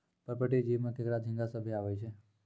पर्पटीय जीव में केकड़ा, झींगा सभ्भे आवै छै